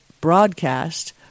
broadcast